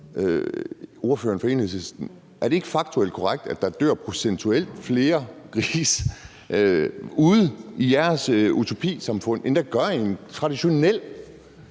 Er det ikke faktuelt korrekt, at der procentuelt dør flere grise ude i jeres utopiske samfund, end der gør i en traditionel